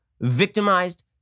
victimized